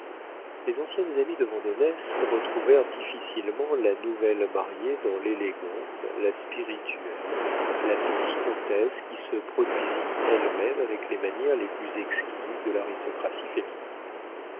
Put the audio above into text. les anciennes amies de vandenesse retrouvèrent difficilement la nouvelle mariée dans l'élégante la spirituelle la douce comtesse qui se produisit elle-même avec les manières les plus exquises de l'aristocratie féminine